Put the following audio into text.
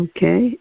Okay